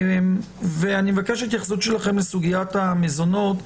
אני מבקש התייחסות שלכם לסוגיית המזונות,